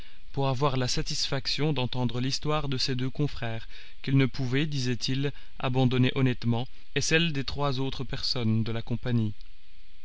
pour avoir la satisfaction d'entendre l'histoire de ses deux confrères qu'il ne pouvait disait-il abandonner honnêtement et celle des trois autres personnes de la compagnie